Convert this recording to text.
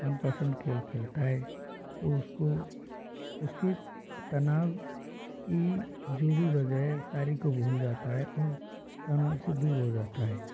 मन पसंद खेल खेलता है तो उसको उसके तनाव की जो भी वजह है सारी को भूल जाता है और तनाव से दूर हो जाता है